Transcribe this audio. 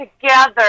together